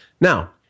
Now